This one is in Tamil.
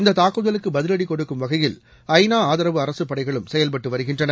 இந்த தாக்குதலுக்கு பதிலடி கொடுக்கும் வகையில் ஐநா அதரவு அரசுப்படைகளும் செயல்பட்டு வருகின்றன